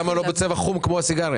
למה הוא לא בצבע חום כמו הסיגריה?